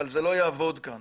אבל זה לא יעבוד כאן